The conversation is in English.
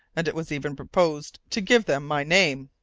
and it was even proposed to give them my name.